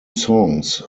songs